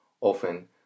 often